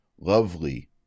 lovely